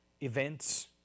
events